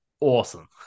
awesome